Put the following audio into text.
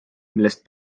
millest